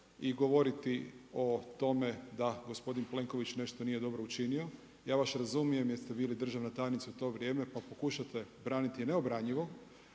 i govoriti o tome da gospodin Plenković nešto nije dobro učinio. Ja vas razumijem jer ste bili državna tajnica u to vrijeme pa pokušate braniti neobranjivo.